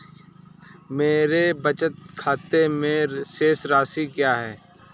मेरे बचत खाते में शेष राशि क्या है?